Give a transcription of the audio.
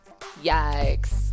Yikes